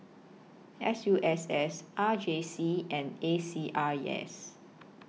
S U SS R J C and A C R E S